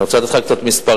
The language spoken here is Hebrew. אני רוצה לתת לך קצת מספרים,